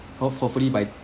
hope hopefully by